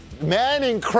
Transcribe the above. Manning